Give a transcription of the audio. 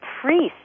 priests